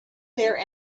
there